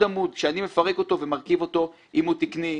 ועמוד כשאני מפרק ומרכיב אם הוא תקני,